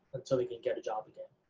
so they can get a job again,